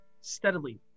steadily